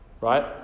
Right